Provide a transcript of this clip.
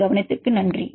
உங்கள் கவனத்திற்கு நன்றி